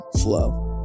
flow